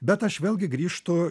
bet aš vėlgi grįžtu